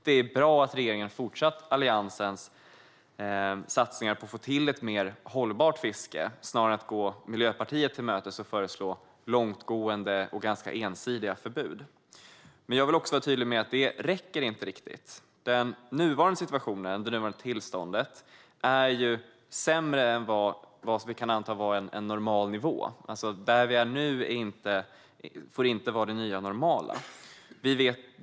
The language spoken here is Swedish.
Det är bra att regeringen har fortsatt Alliansens satsningar på att få till ett mer hållbart fiske snarare än att gå Miljöpartiet till mötes och föreslå långtgående och ganska ensidiga förbud. Men jag vill också vara tydlig med att detta inte riktigt räcker. Den nuvarande situationen - det nuvarande tillståndet - är sämre än vad vi kan anta är en normal nivå. Där vi är nu får inte vara det nya normala.